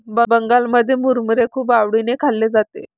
बंगालमध्ये मुरमुरे खूप आवडीने खाल्ले जाते